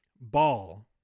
Ball